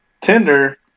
Tinder